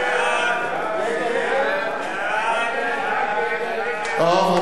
ההצעה להעביר את הצעת חוק איסור לשון הרע (תיקון מס' 10) (הרחבת סעדים),